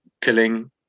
killing